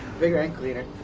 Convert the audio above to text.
bigger and cleaner.